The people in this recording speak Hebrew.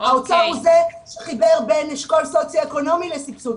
האוצר הוא זה שחיבר בין אשכול סוציואקונומי לסבסוד.